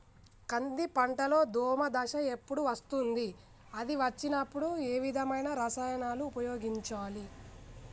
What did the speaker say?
కంది పంటలో దోమ దశ ఎప్పుడు వస్తుంది అది వచ్చినప్పుడు ఏ విధమైన రసాయనాలు ఉపయోగించాలి?